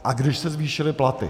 A když se zvýšily platy.